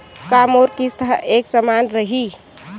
का मोर किस्त ह एक समान रही?